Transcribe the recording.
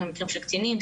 מקרים של קטינים,